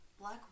Black